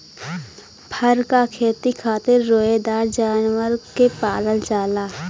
फर क खेती खातिर रोएदार जानवर के पालल जाला